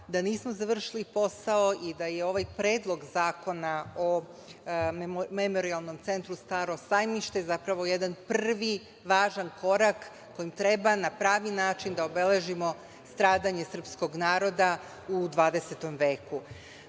da nismo završili posao i da je ovaj predlog zakona o Memorijalnom centru „Staro sajmište“, zapravo jedan prvi važan korak koji treba na pravi način da obeležimo stradanje srpskog naroda u